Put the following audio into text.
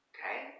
Okay